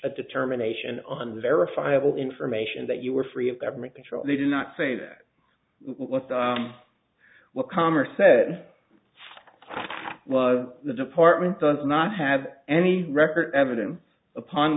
a determination on verifiable information that you were free of government control they do not say that what the what commerce said was the department does not have any record evidence upon